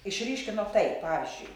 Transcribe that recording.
išryškino tai pavyzdžiui